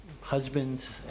husbands